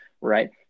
right